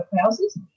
houses